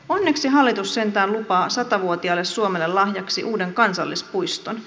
onneksi hallitus sentään lupaa satavuotiaalle suomelle lahjaksi uuden kansallispuiston